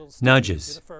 nudges